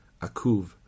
Akuv